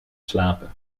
slapen